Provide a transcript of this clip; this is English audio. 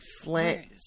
flint